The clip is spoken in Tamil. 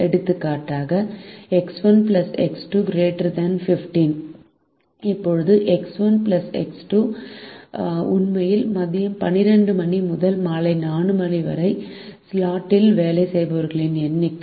எடுத்துக்காட்டாக எக்ஸ் 1 எக்ஸ் 2≥15 X1X2≥15 இப்போது எக்ஸ் 1 எக்ஸ் 2 X 1X 2 உண்மையில் மதியம் 12 மணி முதல் மாலை 4 மணி வரை ஸ்லாட்டில் வேலை செய்பவர்களின் எண்ணிக்கை